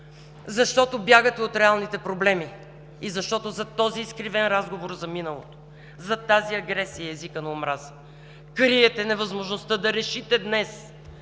защото бягате от реалните проблеми и защото зад този изкривен разговор за миналото, зад тази агресия – езика на омразата, криете невъзможността да решите днес